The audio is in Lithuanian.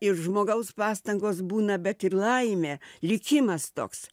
ir žmogaus pastangos būna bet ir laimė likimas toks